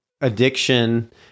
addiction